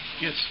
Yes